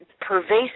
pervasive